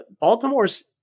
Baltimore's